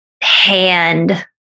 hand